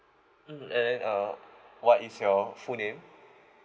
mm and then uh what is your full name